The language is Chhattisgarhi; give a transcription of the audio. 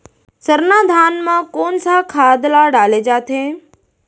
सरना धान म कोन सा खाद ला डाले जाथे?